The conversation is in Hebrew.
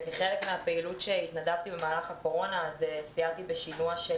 כחלק מהפעילות שהתנדבתי בה במהלך משבר הקורונה סייעתי בשינוע של